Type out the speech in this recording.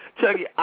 Chucky